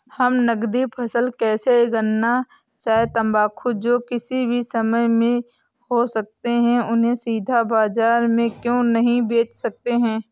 हम नगदी फसल जैसे गन्ना चाय तंबाकू जो किसी भी समय में हो सकते हैं उन्हें सीधा बाजार में क्यो नहीं बेच सकते हैं?